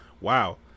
wow